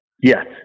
Yes